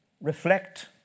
reflect